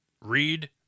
read